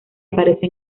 aparece